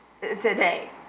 today